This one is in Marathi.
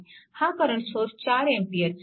हा करंट सोर्स 4A चा आहे